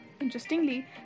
Interestingly